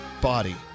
body